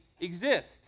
exist